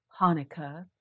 Hanukkah